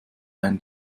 ein